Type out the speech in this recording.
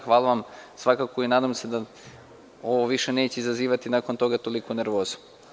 Hvala vam svakako, nadam se da ovo više neće izazivati nakon toga toliku nervozu.